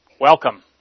Welcome